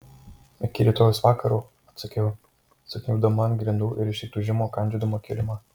iki rytojaus vakaro atsakiau sukniubdama ant grindų ir iš įtūžimo kandžiodama kilimą